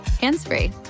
hands-free